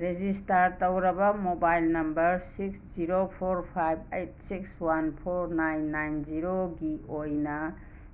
register ꯇꯧꯔꯕ mobile number six zero four five eight six one four nine nine ꯖꯤꯔꯣꯒꯤ ꯑꯣꯏꯅ